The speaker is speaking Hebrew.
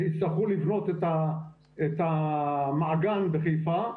יצטרכו לבנות את המעגן בחיפה,